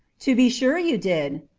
to be sure you did.